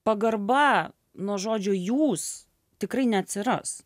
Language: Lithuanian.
pagarba nuo žodžio jūs tikrai neatsiras